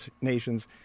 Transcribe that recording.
Nations